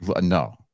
no